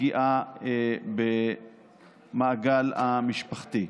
הפגיעה במעגל המשפחתי.